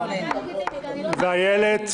איילת,